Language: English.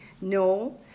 No